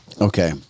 okay